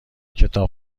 کتاب